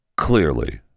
Clearly